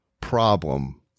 problem